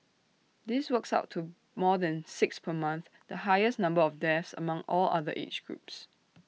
this works out to more than six per month the highest number of deaths among all other age groups